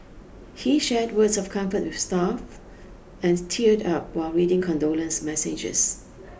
he shared words of comfort with staff and teared up while reading condolence messages